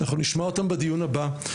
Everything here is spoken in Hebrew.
אנחנו נשמע אותם בדיון הבא.